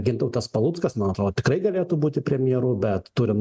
gintautas paluckas nu atrodo tikrai galėtų būti premjeru bet turint